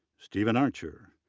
stephen archer,